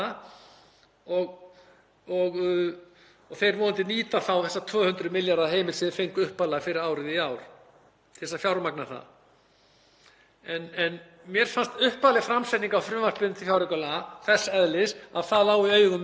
Mér fannst upphafleg framsetning á frumvarpinu til fjáraukalaga þess eðlis að það lá í augum uppi að það yrði að nota þessa 30 milljarða en það er óvíst í dag eftir betri upplýsingar í fjárlaganefnd og þetta minnisblað sem við fengum.